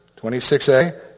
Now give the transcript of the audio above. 26a